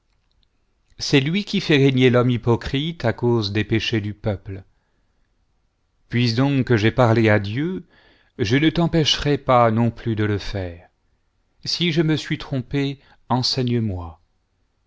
c'est lui qui fait régner l'homme hypocrite à cause des péchés du peuple puis donc que j'ai parlé à dieu je ne t'empêcherai pas non plus de le faire si je me suis trompé enseignemoi